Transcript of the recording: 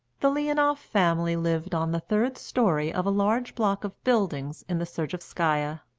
the leonoff family lived on the third storey of a large block of buildings in the sergeffskaia.